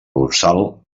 dorsal